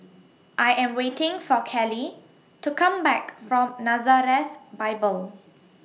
I Am waiting For Kaley to Come Back from Nazareth Bible